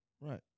Right